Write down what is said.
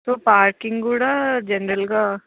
so parking కూడా జనరల్గా